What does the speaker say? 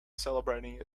celebrating